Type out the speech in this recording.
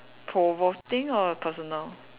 provoking or personal